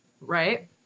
right